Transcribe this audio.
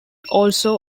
also